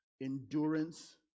endurance